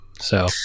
So-